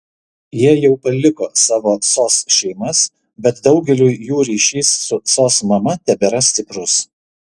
jie jau paliko savo sos šeimas bet daugeliui jų ryšys su sos mama tebėra stiprus